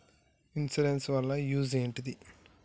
Insurance వాళ్ల use ఏంటిది?